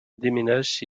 déménage